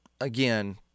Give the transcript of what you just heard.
again